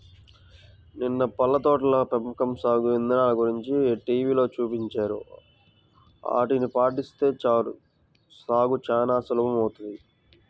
నిన్న పళ్ళ తోటల పెంపకం సాగు ఇదానల గురించి టీవీలో చూపించారు, ఆటిని పాటిస్తే చాలు సాగు చానా సులభమౌతది